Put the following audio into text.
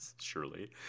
surely